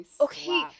okay